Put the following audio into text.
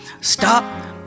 stop